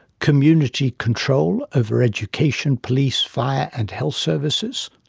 community control over education, police, fire and health services,